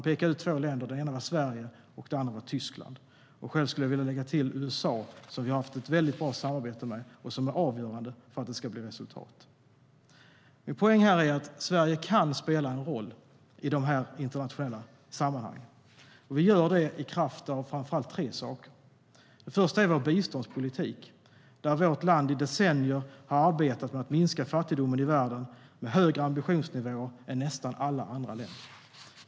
Det ena var Sverige, och det andra var Tyskland. Själv skulle jag vilja lägga till USA, som vi har haft ett bra samarbete med och som har varit avgörande för att det ska bli resultat. Min poäng är att Sverige kan spela en roll i dessa internationella sammanhang. Vi gör det i kraft av framför allt tre saker. Det första är vår biståndspolitik. Vårt land har i decennier arbetat för att minska fattigdomen i världen med högre ambitionsnivå än nästan alla andra länder.